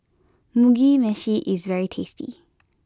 Mugi Meshi is very tasty